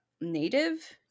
native